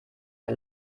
der